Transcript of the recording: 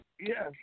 Yes